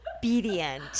obedient